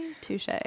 Touche